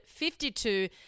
52